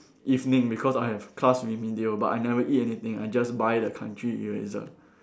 evening because I have class remedial but I never eat anything I just buy the country eraser